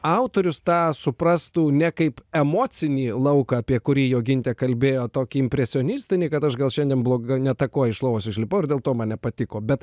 autorius tą suprastų ne kaip emocinį lauką apie kurį jogintė kalbėjo tokį impresionistinį kad aš gal šiandien bloga ne ta koja iš lovos išlipau ir dėl to man nepatiko bet